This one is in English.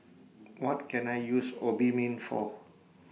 What Can I use Obimin For